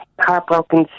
heartbroken